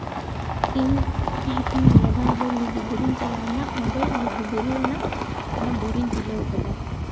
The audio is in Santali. ᱤᱧ ᱤᱧ ᱱᱤᱭᱟᱹ ᱫᱷᱟᱣ ᱫᱚ ᱞᱩᱜᱩᱵᱩᱨᱩᱧ ᱪᱟᱞᱟᱣ ᱞᱮᱱᱟ ᱚᱸᱰᱮ ᱞᱩᱜᱩᱼᱵᱩᱨᱩ ᱨᱮᱱᱟᱜ ᱚᱱᱟ ᱵᱩᱨᱩᱧ ᱛᱩᱞᱟᱹᱣ ᱟᱠᱟᱫᱟ